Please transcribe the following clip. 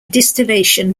distillation